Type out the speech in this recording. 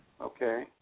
Okay